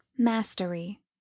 Mastery